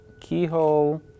keyhole